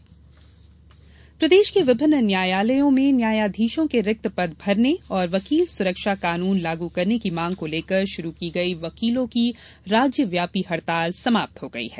वकील हड़ताल प्रदेश के विभिन्न न्यायालयों में न्यायाधीशों के रिक्त पद भरने और वकील सुरक्षा कानून लागू करने की मांग को लेकर शुरू की गई वकीलों की राज्यव्यापी हड़ताल समाप्त हो गयी है